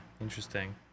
Interesting